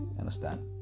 Understand